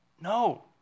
no